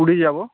পুরী যাবো